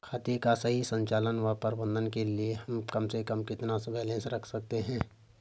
खाते का सही संचालन व प्रबंधन के लिए हम कम से कम कितना बैलेंस रख सकते हैं?